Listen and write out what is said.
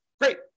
Great